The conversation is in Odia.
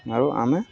ଆରୁ ଆମେ